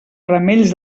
ramells